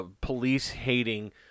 police-hating